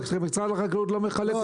רק שמשרד החקלאות לא מחלק אותו.